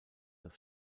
das